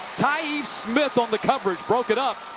taib smith on the coverage breaks it up.